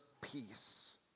peace